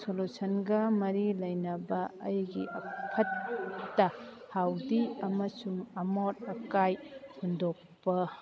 ꯁꯣꯂꯨꯁꯟꯒ ꯃꯔꯤ ꯂꯩꯅꯕ ꯑꯩꯒꯤ ꯐꯠꯇ ꯍꯧꯗꯤ ꯑꯃꯁꯨꯡ ꯑꯃꯣꯠ ꯑꯀꯥꯏ ꯍꯨꯟꯗꯣꯛꯄ